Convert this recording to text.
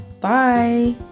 Bye